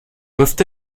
peuvent